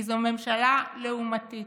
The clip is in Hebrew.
כי זו ממשלה לעומתית.